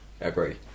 agree